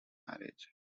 marriage